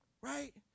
right